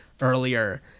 earlier